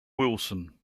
wilson